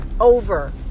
over